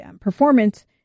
performance